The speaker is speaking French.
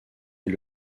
est